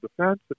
defense